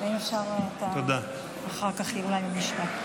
ואם אפשר אחר כך אולי עוד משפט.